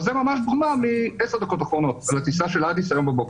אבל זאת ממש דוגמה מעשר הדקות האחרונות על הטיסה של אדיס היום בבוקר.